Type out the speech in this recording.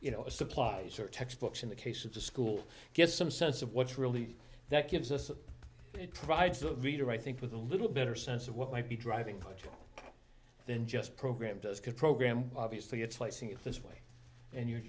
you know supplies or textbooks in the case of the school get some sense of what's really that gives us that it provides the reader i think with a little better sense of what might be driving putting than just program does could program obviously it's slicing it this way and you're